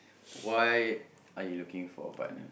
why are you looking for a partner